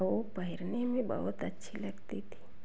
वह पहनने में बहुत अच्छी लगती थी